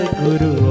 Guru